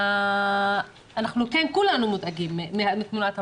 כולנו מודאגים מתמונת המצב,